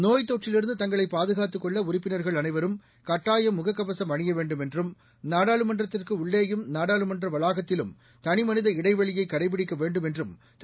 நோய்த் தொற்றிலிருந்து தங்களை பாதுகாத்துக் கொள்ள உறுப்பினர்கள் அனைவரும் கட்டாயம் முகக்கவசம் அணிய வேண்டும் என்றும் நாடாளுமன்றத்திற்கு உள்ளேயும் நாடாளுமன்ற வளாகத்திலும் தளிமனித இடைவெளியை கடைபிடிக்க வேண்டும் என்று திரு